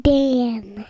Dan